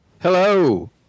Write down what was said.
Hello